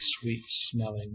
sweet-smelling